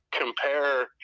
compare